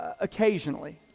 occasionally